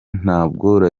ntabwo